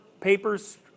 papers